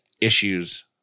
issues